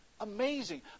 Amazing